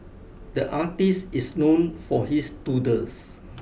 the artist is known for his doodles